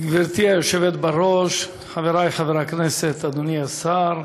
גברתי היושבת בראש, חברי חברי הכנסת, אדוני השר,